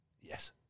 Yes